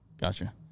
Gotcha